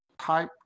type